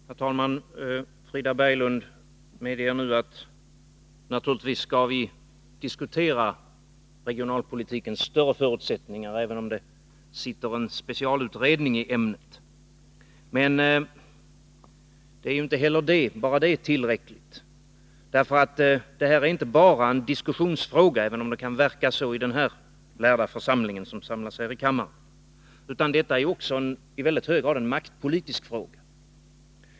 Herr talman! Frida Berglund medger nu att vi naturligtvis skall diskutera regionalpolitikens större förutsättningar, trots att en specialutredning i ämnet arbetar. Men inte heller detta är ju tillräckligt, för det här är inte bara en diskussionsfråga, även om det kan verka så i denna lärda församling. Nej, det är också i väldigt hög grad en maktpolitisk fråga.